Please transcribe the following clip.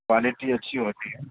quality اچھی ہوتی ہے